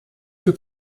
für